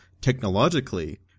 technologically